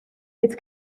its